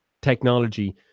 technology